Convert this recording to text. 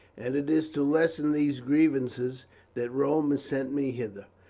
and it is to lessen these grievances that rome has sent me hither.